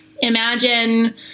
Imagine